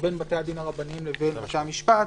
שבין בתי הדין הרבניים לבין בתי המשפט,